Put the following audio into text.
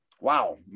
wow